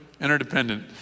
Interdependent